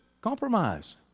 compromise